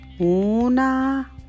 Una